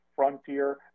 Frontier